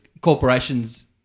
corporations